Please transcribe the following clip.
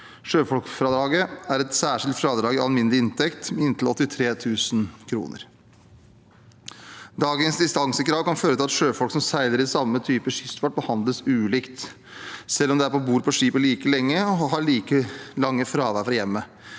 Sjøfolkfradraget er et særskilt fradrag i alminnelig inntekt med inntil 83 000 kr. Dagens distansekrav kan føre til at sjøfolk som seiler i samme type kystfart, behandles ulikt, selv om de er om bord på skipet like lenge og har like lange fravær fra hjemmet.